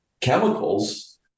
chemicals